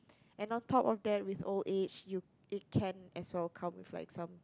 and on top of that with old age you it can as well come with like some